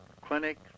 clinic